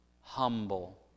humble